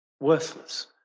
worthless